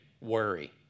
worry